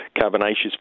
carbonaceous